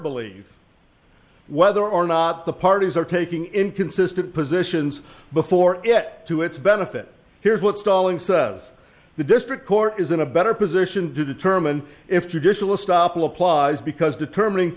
believe whether or not the parties are taking inconsistent positions before it to its benefit here's what stalling says the district court is in a better position to determine if traditional stoppel applies because determining